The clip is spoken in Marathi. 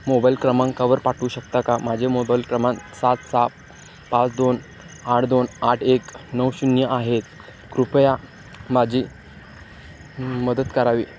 मोबाईल क्रमांकावर पाठवू शकता का माझे मोबाईल क्रमांक सात सहा पाच दोन आठ दोन आठ एक नऊ शून्य आहे कृपया माझी मदत करावी